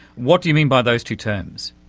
what do you mean by those two terms?